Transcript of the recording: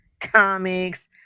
comics